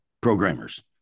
programmers